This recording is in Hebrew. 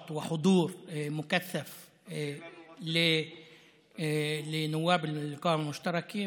בפעילות ובנוכחות מסיבית של חברי הכנסת מהרשימה המשותפת,